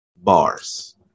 Bars